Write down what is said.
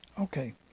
okay